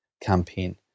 campaign